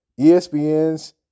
ESPN's